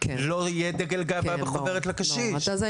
לא יהיה דגל הגאווה בחוברת לקשיש.